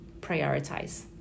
prioritize